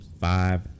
five